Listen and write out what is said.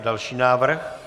Další návrh.